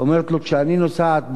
אומרת לו: כשאני נוסעת בכביש,